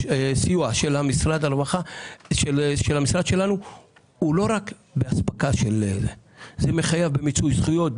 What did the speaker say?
סיוע של המשרד שלנו הם לא רק באספקה אלא זה מחייב במיצוי זכויות,